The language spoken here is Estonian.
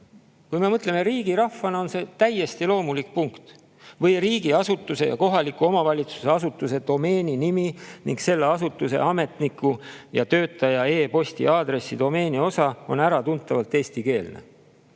Kui me mõtleme riigirahvana, on see täiesti loomulik punkt. Või: "Riigiasutuse ja kohaliku omavalitsuse asutuse domeeninimi ning selle asutuse ametniku ja töötaja e‑posti aadressi domeeniosa on äratuntavalt eestikeelne."